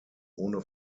ohne